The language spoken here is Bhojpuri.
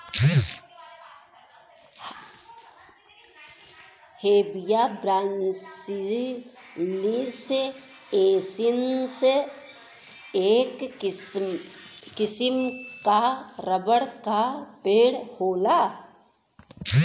हेविया ब्रासिलिएन्सिस, एक किसिम क रबर क पेड़ होला